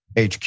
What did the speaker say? HQ